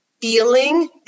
feeling